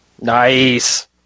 Nice